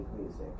music